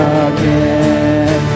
again